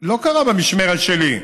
לא קרה במשמרת שלי.